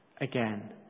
again